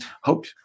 hope